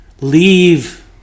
leave